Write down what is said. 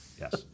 Yes